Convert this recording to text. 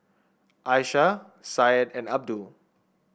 Aisyah Syed and Abdul